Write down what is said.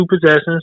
possessions